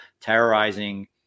terrorizing